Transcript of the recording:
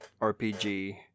RPG